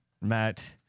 matt